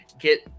get